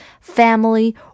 family